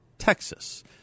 Texas